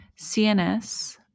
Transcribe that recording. CNS